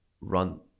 run